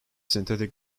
synthetic